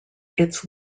its